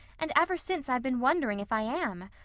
and ever since i've been wondering if i am.